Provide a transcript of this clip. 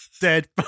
dead